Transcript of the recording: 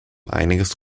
einiges